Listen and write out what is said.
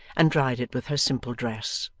and dried it with her simple dress.